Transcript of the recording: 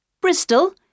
Bristol